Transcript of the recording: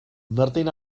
myrddin